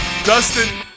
Dustin